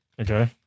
Okay